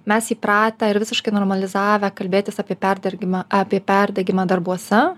mes įpratę ir visiškai normalizavę kalbėtis apie perdergimą apie perdegimą darbuose